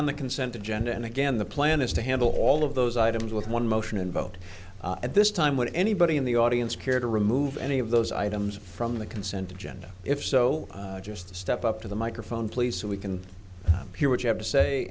on the consent agenda and again the plan is to handle all of those items with one motion and vote at this time with anybody in the audience care to remove any of those items from the consent agenda if so just to step up to the microphone please so we can hear what you have to say